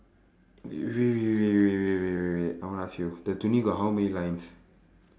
wait wait wait wait wait wait wait wait I want to ask you the got how many lines